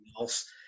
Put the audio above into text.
else